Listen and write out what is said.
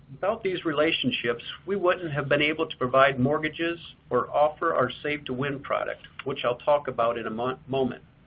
without these relationships, we wouldn't have been able to provide mortgages or offer our save to win product, which i'll talk about in a moment.